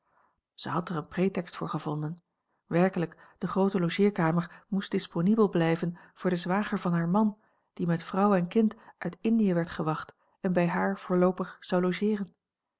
zij had er een pretext voor gevonden werkelijk de groote logeerkamer moest disponibel blijven voor den zwager van haar man die met vrouw en kind uit indië werd gewacht en bij haar verloopig zou logeeren